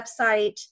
website